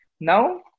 Now